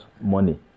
money